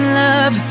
love